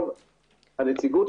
הנציגות,